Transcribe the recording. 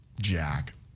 jack